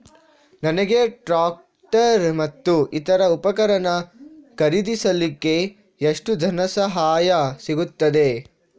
ನನಗೆ ಟ್ರ್ಯಾಕ್ಟರ್ ಮತ್ತು ಇತರ ಉಪಕರಣ ಖರೀದಿಸಲಿಕ್ಕೆ ಎಷ್ಟು ಧನಸಹಾಯ ಸಿಗುತ್ತದೆ?